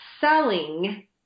selling